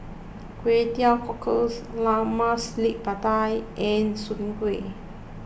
Kway Teow Cockles Lemak Cili Padi and Soon Kueh